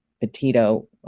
Petito